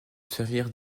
servir